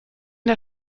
der